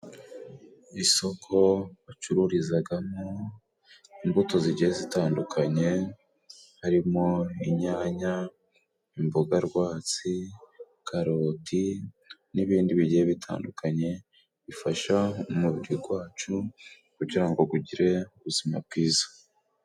Isoko bacururizagamo imbuto zigiye zitandukanye harimo inyanya, imboga rwatsi, karoti n'ibindi bigiye bitandukanye bifasha umubiri gwacu kugira ngo gugire ubuzima bwiza.